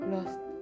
Lost